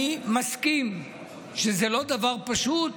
אני מסכים שזה לא דבר פשוט.